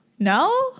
No